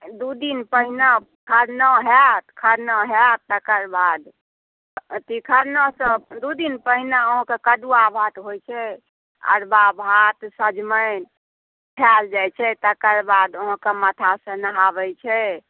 दू दिन पहिने खरना होरत खरना होयत तकर बाद अथी खरनासँ दू दिन पहिने अहाँके कदुआ भात होइ छै अरवा भात सजमनि खायल जाइ छै तकर बाद अहाँके माथा से नहाबै छै